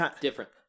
different